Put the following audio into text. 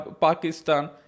Pakistan